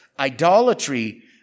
idolatry